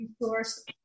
resource